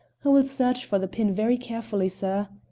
i will search for the pin very carefully, sir.